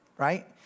Right